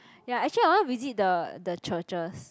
ya actually I want to visit the the churches